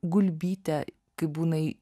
gulbyte kai būnai